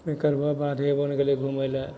शीतल वएह बाधवोन गेलय घुमय लए